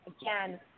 again